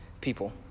people